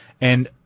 and-